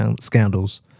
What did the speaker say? scandals